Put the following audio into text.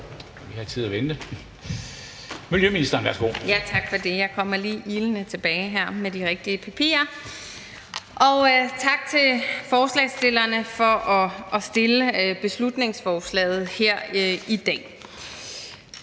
er tid til at vente. Kl. 17:17 Miljøministeren (Lea Wermelin): Tak for det. Jeg kommer lige ilende tilbage her med de rigtige papirer. Tak til forslagsstillerne for at fremsætte beslutningsforslaget, som